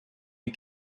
you